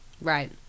Right